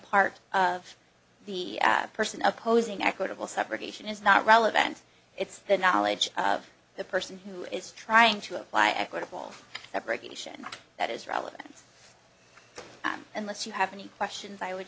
part of the person opposing equitable subrogation is not relevant it's the knowledge of the person who is trying to apply equitable abrogation that is relevant unless you have any questions i would